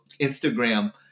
Instagram